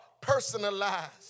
personalized